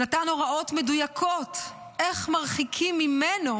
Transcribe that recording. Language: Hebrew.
ונתן הוראות מדויקות איך מרחיקים ממנו,